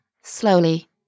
slowly